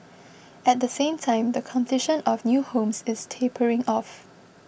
at the same time the completion of new homes is tapering off